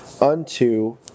unto